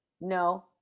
No